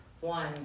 one